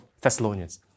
Thessalonians